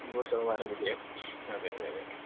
നൂറ് ശതമാനം വിജയം അതേ അതേ അതേ